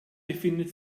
befindet